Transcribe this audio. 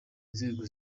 nzego